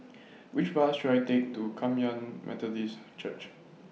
Which Bus should I Take to Kum Yan Methodist Church